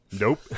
Nope